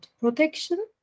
protection